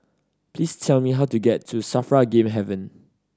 please tell me how to get to SAFRA Game Haven